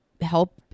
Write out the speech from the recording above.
help